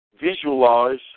visualize